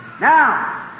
Now